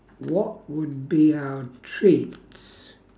what would be our treats